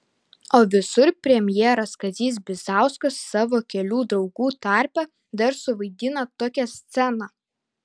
o visur premjeras kazys bizauskas savo kelių draugų tarpe dar suvaidina tokią sceną